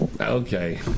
Okay